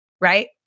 Right